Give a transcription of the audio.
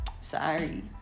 sorry